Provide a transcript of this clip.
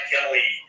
Kelly